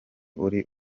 uri